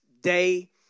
day